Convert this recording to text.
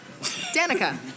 Danica